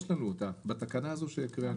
יש לנו אותה בתקנה הזו שהקראנו.